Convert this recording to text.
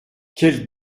quel